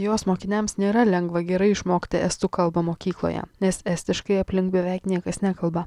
jos mokiniams nėra lengva gerai išmokti estų kalbą mokykloje nes estiškai aplink beveik niekas nekalba